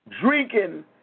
drinking